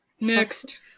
Next